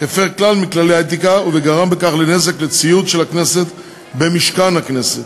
הפר כלל מכללי האתיקה וגרם בכך לנזק לציוד של הכנסת במשכן הכנסת,